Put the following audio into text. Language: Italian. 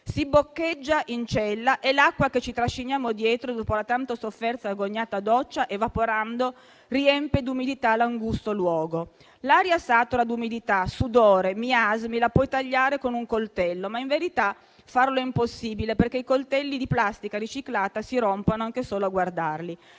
Si boccheggia, in cella, e l'acqua che ci trasciniamo dietro, dopo la tanto sofferta e agognata doccia, evaporando riempie d'umidità l'angusto luogo. L'aria satura d'umidità, sudore, miasmi, la puoi tagliare con un coltello, in verità, farlo è impossibile, i coltelli sono di plastica riciclata, e si rompono anche solo a guardarli.